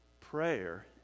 Prayer